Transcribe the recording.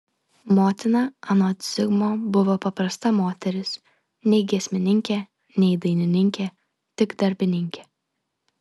motina anot zigmo buvo paprasta moteris nei giesmininkė nei dainininkė tik darbininkė